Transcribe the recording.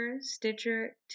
Stitcher